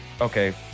okay